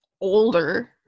older